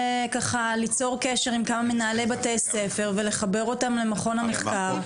ככה ליצור קשר עם כמה מנהלי בתי ספר ולחבר אותם למכון המחקר.